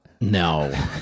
No